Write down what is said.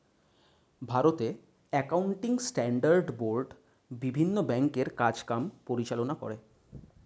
ভারতে accounting standard board বিভিন্ন ব্যাংকের কাজ কাম পরিচালনা করে